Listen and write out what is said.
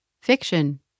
Fiction